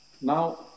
Now